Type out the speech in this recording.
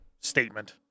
statement